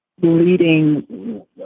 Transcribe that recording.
Leading